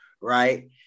right